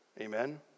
Amen